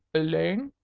elaine,